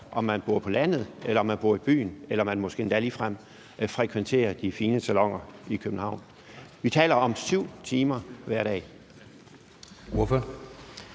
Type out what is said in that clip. om man bor på landet eller man bor i byen eller man måske ligefrem frekventerer de fine saloner i København. Vi taler om 7 timer. Kl.